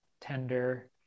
tender